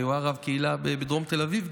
הוא היה רב קהילה גם בדרום תל אביב.